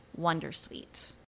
wondersuite